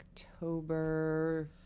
October